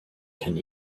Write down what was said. can